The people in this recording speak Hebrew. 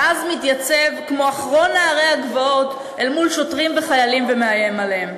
ואז מתייצב כמו אחרון נערי הגבעות אל מול שוטרים וחיילים ומאיים עליהם,